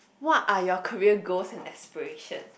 what are your career goals and aspiration